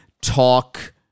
talk